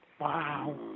Wow